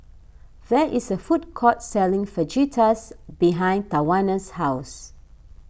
there is a food court selling Fajitas behind Tawanna's house